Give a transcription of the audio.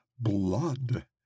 blood